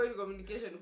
communication